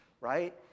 right